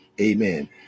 Amen